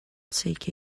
take